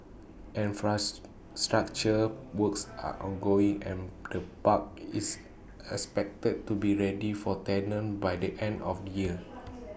structure works are ongoing and the park is expected to be ready for tenants by the end of the year